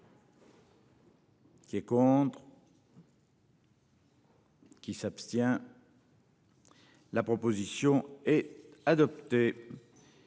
Qui est contre. Qui s'abstient. La proposition est adoptée.